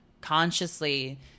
consciously